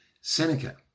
Seneca